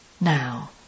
Now